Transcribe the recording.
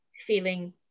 feeling